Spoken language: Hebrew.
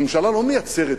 הממשלה לא מייצרת כסף,